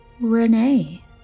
renee